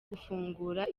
gufungura